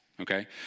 Okay